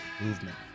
movement